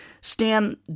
Stan